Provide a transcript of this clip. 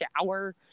shower